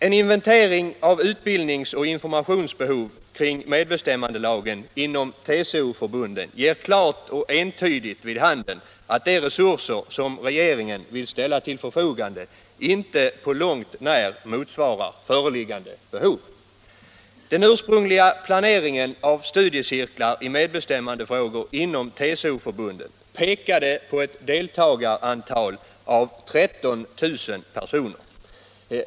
En inventering inom TCO-förbunden av utbildnings och informationsbehov när det gäller medbestämmandelagen ger klart och entydigt vid handen att de resurser som regeringen vill ställa till förfogande inte på långt när motsvarar föreliggande behov. Den ursprungliga planeringen av studiecirklar i medbestämmandefrågor inom TCO-förbunden pekade på ett deltagarantal av 13 000 personer.